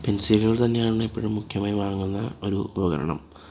പെന്സിലുകള് തന്നെയാണ് ഇപ്പോഴും മുഖ്യമായി വാങ്ങുന്ന ഒരു ഉപകരണം